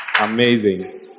amazing